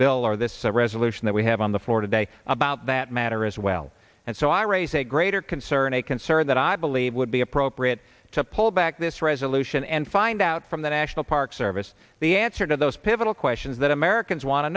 bill or this resolution that we have on the floor today about that matter as well and so i raise a greater concern a concern that i believe would be appropriate to pull back this resolution and find out from the national park service the answer to those pivotal questions that americans wan